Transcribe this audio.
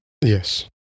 Yes